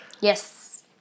Yes